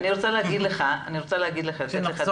אני רוצה לתת לך דוגמה,